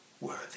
worthy